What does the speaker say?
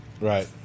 right